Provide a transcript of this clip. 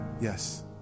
Yes